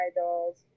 dolls